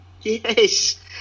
Yes